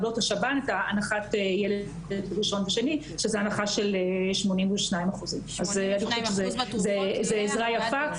הנחת ילד ראשון ושני שזו הנחה של 82%. אז זו עזרה יפה,